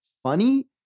funny